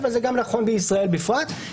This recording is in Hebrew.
אבל זה גם נכון בישראל בפרט,